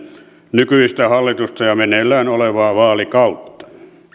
nykyistä hallitusta ja meneillään olevaa vaalikautta